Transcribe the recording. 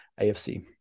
AFC